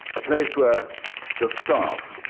a place where the staff